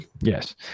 yes